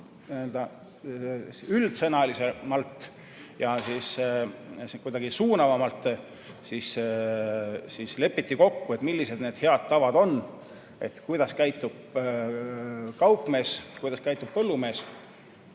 üldsõnaliselt ja kuidagi suunavalt lepiti kokku, millised need head tavad on, kuidas käitub kaupmees, kuidas käitub põllumees.